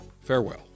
farewell